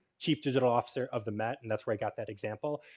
chief oigital officer of the met. and that's where i got that example.